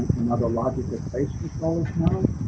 another logical place for solar panels.